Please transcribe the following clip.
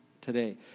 today